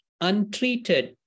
Untreated